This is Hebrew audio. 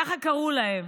ככה קראו להם.